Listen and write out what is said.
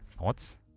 thoughts